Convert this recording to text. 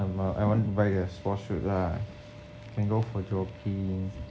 this one I want the sport shoe lah can go for jogging